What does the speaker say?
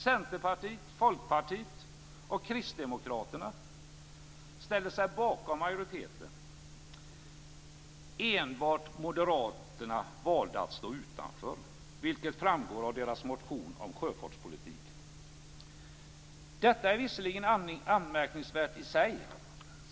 Centerpartiet, Folkpartiet och Enbart moderaterna valde att stå utanför, vilket framgår av deras motion om sjöfartspolitiken. Detta är visserligen inte anmärkningsvärt i sig.